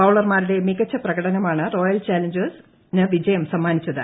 ബൌളർമാരുടെ മികച്ച പ്രകടനമാണ് റോയൽ ചലഞ്ചേഴ്സിന് വിജയം സമ്മാനിച്ചത്